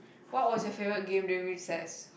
what was your favourite game during recess